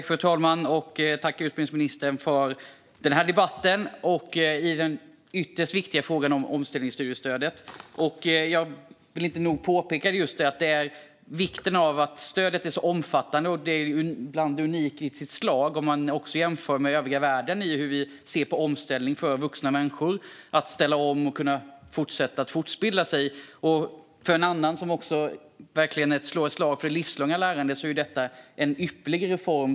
Fru talman! Tack, utbildningsministern, för den här debatten om den ytterst viktiga frågan om omställningsstudiestödet! Jag kan inte nog påpeka vikten av att stödet är så omfattande. Det är unikt i sitt slag om man jämför med hur det är i övriga världen och hur vi ser på omställning för vuxna människor. Det handlar om deras möjlighet att ställa om och att fortsätta fortbilda sig. För en annan, som vill slå ett slag för det livslånga lärandet, är detta en ypperlig reform.